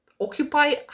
Occupy